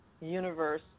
universe